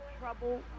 Trouble